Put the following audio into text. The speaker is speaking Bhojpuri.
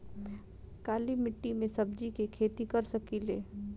काली मिट्टी में सब्जी के खेती कर सकिले?